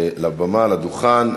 לבמה, לדוכן.